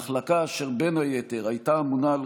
מחלקה אשר בין היתר הייתה ממונה על